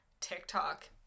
TikTok